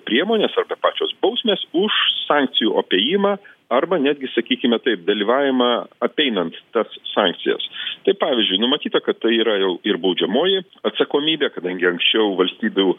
priemonės arba pačios bausmės už sankcijų apėjimą arba netgi sakykime taip dalyvavimą apeinant tas sankcijas tai pavyzdžiui numatyta kad tai yra jau ir baudžiamoji atsakomybė kadangi anksčiau valstybių